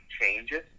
changes